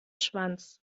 schwanz